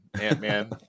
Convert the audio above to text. Ant-Man